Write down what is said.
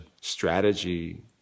strategy